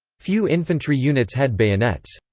few infantry units had bayonets.